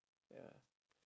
ya